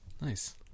Nice